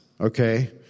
okay